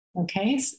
okay